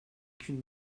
qu’une